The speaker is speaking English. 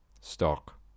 Stock